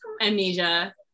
Amnesia